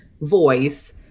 voice